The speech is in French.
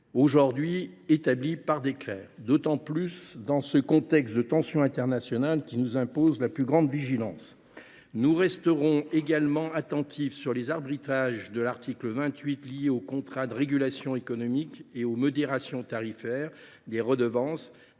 actuellement établies par décret, surtout dans le contexte actuel de tension internationale, qui nous impose la plus grande vigilance. Nous resterons également attentifs quant aux arbitrages de l’article 28 liés aux contrats de régulation économique et aux modérations tarifaires des redevances